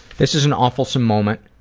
this is an awfulsome moment